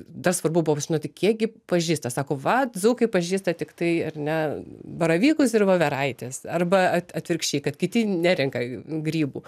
dar svarbu buvo žinoti kiek gi pažįsta sako vat dzūkai pažįsta tiktai ar ne baravykus ir voveraites arba at atvirkščiai kad kiti nerenka grybų